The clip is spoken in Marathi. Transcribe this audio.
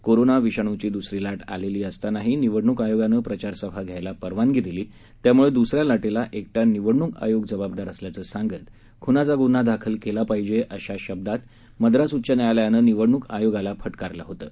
कोरोना विषाणूची द्रसरी लाट आलेली असतानाही निवडणूक आयोगानं प्रचारसभा घ्यायाला परवानगी दिली त्यामुळे दुसऱ्या लाटेला एकटा निवडणुक आयोग जबाबदार असल्याचं सांगत खुनाचा गुन्हा दाखल केला पाहिजे अशा शब्दात मद्रास उच्च न्यायालयानं निवडणूक आयोगाला फटकारलं होतं